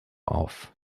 auf